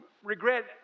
regret